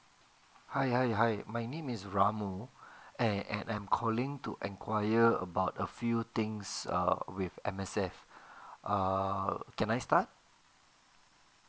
hi hi hi my name is ramu and and I'm calling to enquire about a few things with err M_S_F err can I start